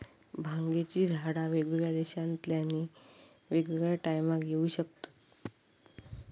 भांगेची झाडा वेगवेगळ्या देशांतल्यानी वेगवेगळ्या टायमाक येऊ शकतत